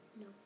No